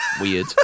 weird